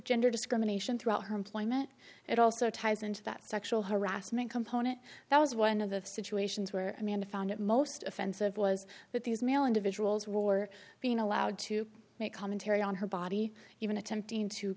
gender discrimination throughout her employment it also ties into that sexual harassment component that was one of the situations where amanda found it most offensive was that these male individuals wore being allowed to make commentary on her body even attempting to